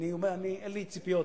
אין לי ציפיות,